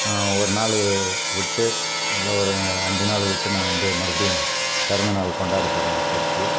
ஒரு நாள் விட்டு இல்லை ஒரு அஞ்சு நாள் விட்டு நான் வந்து மறுபடியும் பிறந்தநாளு கொண்டாடப் போகிறேன் எங்கள் பேத்திக்கு